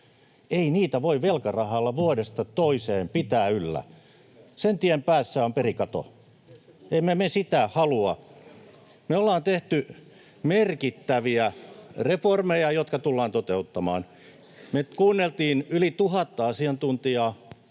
Ei niitä voi velkarahalla vuodesta toiseen pitää yllä — sen tien päässä on perikato, emme me sitä halua. Me ollaan tehty merkittäviä reformeja, jotka tullaan toteuttamaan. Me kuunneltiin yli tuhatta asiantuntijaa.